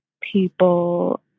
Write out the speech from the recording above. people